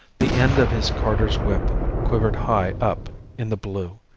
the end of his carter's whip quivered high up in the blue.